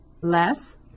less